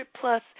plus